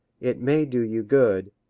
it may do you good,